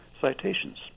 citations